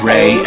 Ray